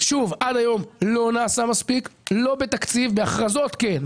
עד היום לא נעשה מספיק בתקציב בהכרזות כן.